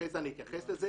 אחר כך אני אתייחס לזה.